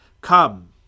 Come